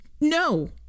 No